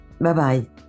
Bye-bye